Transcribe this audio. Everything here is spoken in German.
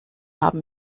haben